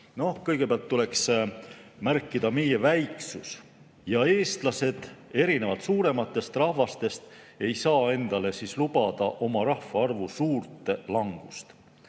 Kõigepealt tuleks märkida meie väiksust – eestlased, erinevalt suurematest rahvastest, ei saa endale lubada oma rahvaarvu suurt langust.